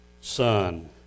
son